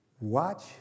Watch